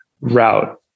route